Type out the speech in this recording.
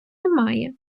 немає